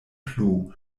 plu